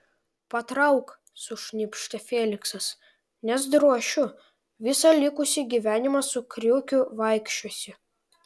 patrauk sušnypštė feliksas nes drošiu visą likusį gyvenimą su kriukiu vaikščiosi